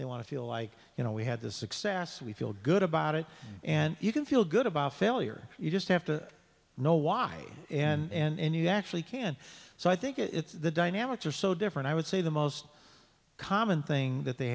they want to feel like you know we had the success we feel good about it and you can feel good about failure you just have to know why and you actually can so i think it's the dynamics are so different i would say the most common thing that they